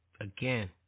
again